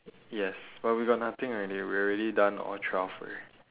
yes but we got nothing already we already done all twelve already